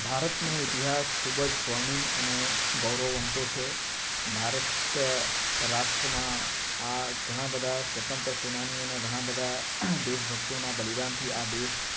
ભારતનો ઇતિહાસ ખૂબ જ સ્વર્ણિમ અને ગૌરવવંતો છે ભારત રાષ્ટ્રમાં આ ઘણા બધા સ્વતંત્ર સેનાનીઓ અને ઘણા બધા દેશ ભક્તોના બલિદાનથી આ દેશ